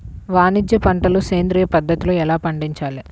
వాణిజ్య పంటలు సేంద్రియ పద్ధతిలో ఎలా పండించాలి?